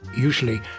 usually